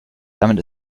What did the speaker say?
damit